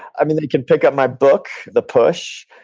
they can pick up my book, the push,